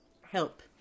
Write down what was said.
help